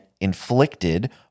inflicted